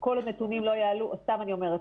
כל עוד נתונים לא יעלו סתם אני אומרת